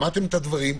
שמעתם את הדברים.